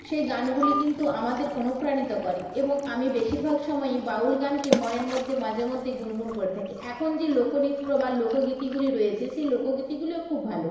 সেই গানগুলি কিন্তু আমাদের অনুপ্রাণিত করে এবং আমি বেশিরভাগ সময়ই বাউল গানকে মনের মধ্যে মাঝে মধ্যে গুনগুন করে থাকি এখন যে লোকনৃত্য বা লোকগীতিগুলি রয়েছে সেই লোকগীতিগুলিও খুব ভালো